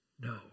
No